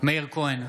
מאיר כהן,